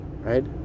right